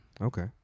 Okay